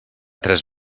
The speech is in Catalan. tres